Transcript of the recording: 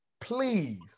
please